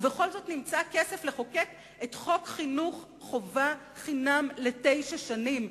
ובכל זאת נמצא כסף לחוקק את חוק חינוך חובה חינם לתשע שנים,